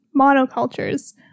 monocultures